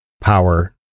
power